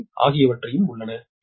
95 ஆகியவையும் உள்ளன